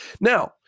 Now